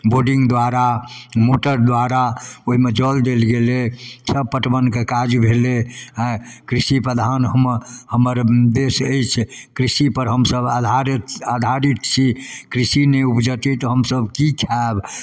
boring द्वारा motor द्वारा ओहिमे जल देल गेलै सब पटवनके काज भेलै हँ कृषि प्रधान हम हमर देश अछि कृषिपर हमसब आधारित छी आधारित छी कृषि नहि उपजतै तऽ हमसब कि खाएब